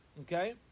okay